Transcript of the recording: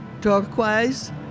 turquoise